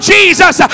Jesus